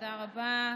תודה רבה.